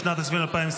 לשנת הכספים 2024,